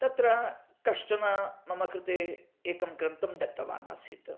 तत्र कश्चन मम कृते एकं ग्रन्थं दत्तवान् आसीत्